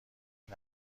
این